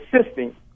assisting